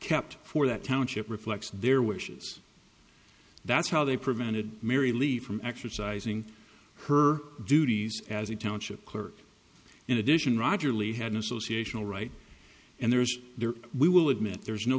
kept for that township reflects their wishes that's how they prevented mary lee from exercising her duties as a township clerk in addition roger lee had an association all right and there is there we will admit there is no